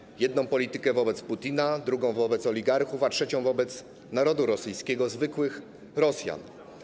Stosował jedną politykę wobec Putina, drugą - wobec oligarchów, a trzecią - wobec narodu rosyjskiego, zwykłych Rosjan.